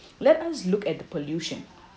let us look at the pollution